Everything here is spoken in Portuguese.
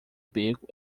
beco